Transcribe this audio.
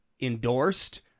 endorsed